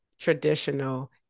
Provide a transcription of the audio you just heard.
Traditional